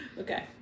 Okay